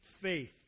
faith